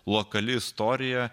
lokali istorija